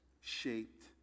shaped